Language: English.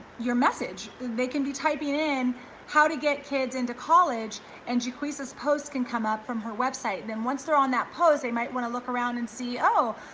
your message. they can be typing in how to get kids into college and jacquisa's posts can come up from her website. and then and once they're on that pose, they might wanna look around and see, oh,